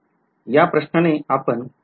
या प्रश्नाने आपण हे module इथे संम्पऊयात